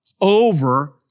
over